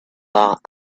that